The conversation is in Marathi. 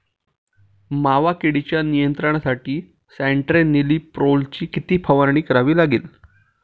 मावा किडीच्या नियंत्रणासाठी स्यान्ट्रेनिलीप्रोलची किती फवारणी करावी लागेल?